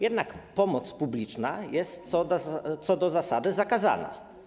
Jednak pomoc publiczna jest co do zasady zakazana.